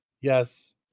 Yes